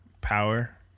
power